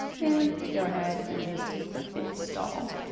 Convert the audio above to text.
and go ahead and just click install.